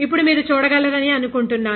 ఇప్పుడు మీరు చూడగలరని అనుకుంటున్నాను